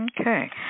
Okay